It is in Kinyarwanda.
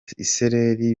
isereri